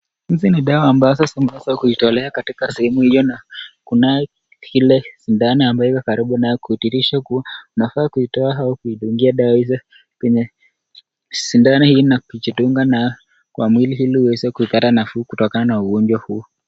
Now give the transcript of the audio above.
Hizi ni dawa ambazo zinaweza kuitolea katika sehemu hii na kunayo ile sindano ambayo iko karibu nawe kudhihirisha kuwa unafaa kuitoa au kuidungia dawa hizo kwenye sindano na kujidunga kwa mwili ili uweze kupata nafuu kutokana na ugonjwa huu.